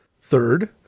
Third